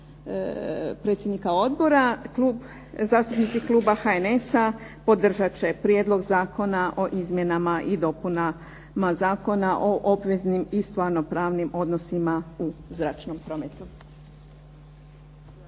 predsjednika odbora, klub, zastupnici HNS-a podržat će Prijedlog Zakona o izmjenama i dopunama Zakona o obveznim i stvarnopravnim odnosima u zračnom prometu.